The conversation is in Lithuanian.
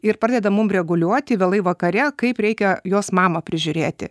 ir pradeda mum reguliuoti vėlai vakare kaip reikia jos mamą prižiūrėti